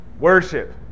Worship